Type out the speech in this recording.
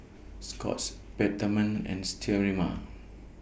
Scott's Peptamen and Sterimar